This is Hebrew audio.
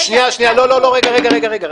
שנייה, לא, רגע, רגע.